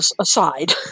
aside